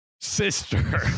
sister